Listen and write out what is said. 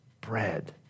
bread